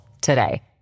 today